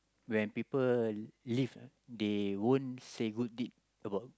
when people leave lah they won't say good deed about